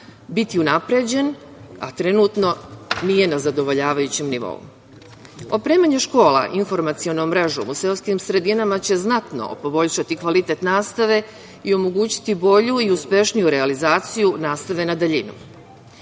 biti unapređen, a trenutno nije na zadovoljavajućem nivou. Opremanje škola informacionom mrežom u seoskim sredinama će znatno poboljšati kvalitet nastave i omogućiti bolju i uspešniju realizaciju nastave na daljinu.